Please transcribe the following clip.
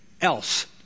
else